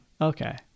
Okay